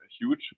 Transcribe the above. huge